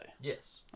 Yes